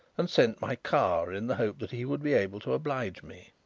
and sent my car in the hope that he would be able to oblige me.